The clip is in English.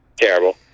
Terrible